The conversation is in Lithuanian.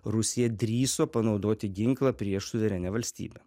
rusija drįso panaudoti ginklą prieš suverenią valstybę